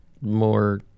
more